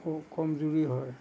খু কমজুৰি হয়